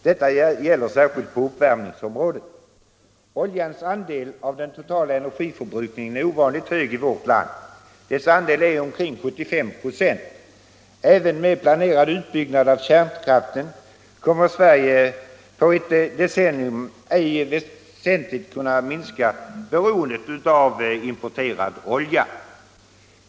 Detta gäller särskilt på uppvärmningsområdet. Oljans andel av den totala energiförbrukningen är ovanligt hög i vårt land. Dess andel är omkring 75 96. Även med planerad utbyggnad av kärnkraften kommer Sverige på ett decennium ej att väsentligt kunna minska beroendet av importerad olja.